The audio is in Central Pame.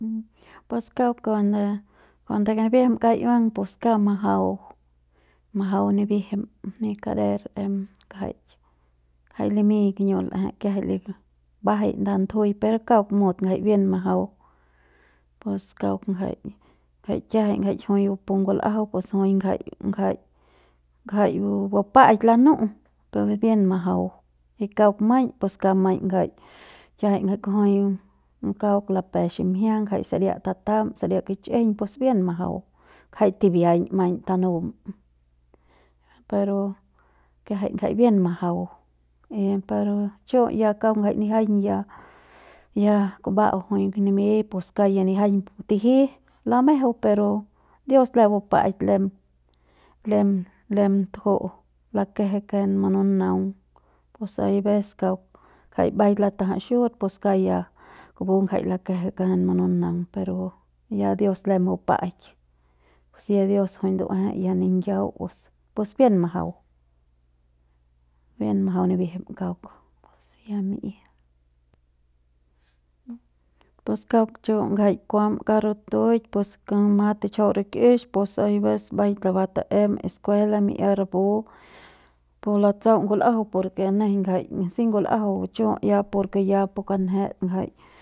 Pus kauk kuande kuande nibijim kauk iuang pus kauk majau, majau nibijim ni kader em jai jai limiñ kiñu'u l'ejei kiajai mbajai nda ndujui per kauk mut ngjai bien majau pus kauk ngjai ngjai kiajai ngjai jui bu pu ngul'ajau pus jui ngjai ngjai ngjai bupa'aik lanu'u pero bien majau y kauk maiñ pus kauk maiñ ngjai kiajai jai kujui kauk lape ximjia ngjai saria tatam saria kich'ijiñ pus bien majau ngjai tibiaiñ maiñ tanum pero kiajai jai bien majau y pero chu' ngjai kauk ya nijiaiñ ya ya kumba'au jui nimiñ pus kauk ya nijiaiñ pus tiji lamejeu pero dios lem bupa'aik lem lem lem tuju'u lakeje ken mununaung pus aives kauk ngjai baik latajat xut pus kauk ya kupu ngjai lakeje kanen mununaung pero ya dios lem bupa'aik pus ya dios jui ndu'uejei ya ningiau pus pus bien majau bien majau nibijim kauk. pus kauk chu' ngjai kuam kauk ratuik pus kama tichjau rikjix pus aives mbaiñ labam taem escuela mi'ia rapu pus latsau ngul'ajau por ke nejeiñ ngjai si ngul'ajau chu' ya porke ya pu kanjet ngjai.